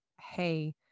hey